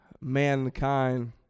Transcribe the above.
mankind